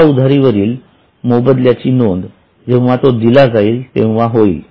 या उधारीवरील मोबदल्याची नोंद जेंव्हा तो दिला जाईल तेंव्हा होईल